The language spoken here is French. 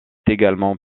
également